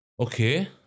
Okay